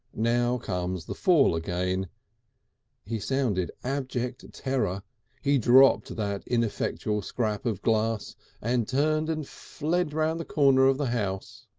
now comes the fall again he sounded abject terror he dropped that ineffectual scrap of glass and turned and fled round the corner of the house.